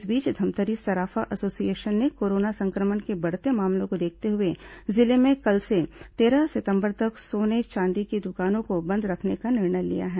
इस बीच धमतरी सराफा एसोसिएशन ने कोरोना संक्रमण के बढ़ते मामलों को देखते हुए जिले में कल से तेरह सितंबर तक सोने चांदी की दुकानों को बंद रखने का निर्णय लिया है